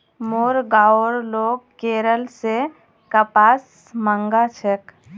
मोर गांउर लोग केरल स कपास मंगा छेक